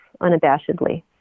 unabashedly